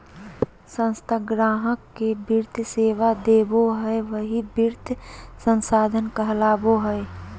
संस्था गाहक़ के वित्तीय सेवा देबो हय वही वित्तीय संस्थान कहलावय हय